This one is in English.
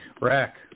Rack